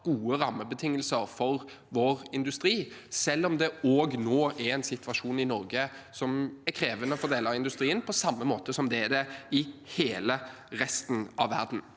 gode rammebetingelser for sin industri, selv om det også er en situasjon i Norge nå som er krevende for deler av industrien, på samme måte som det er det i resten av verden.